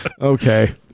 Okay